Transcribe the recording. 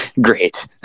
Great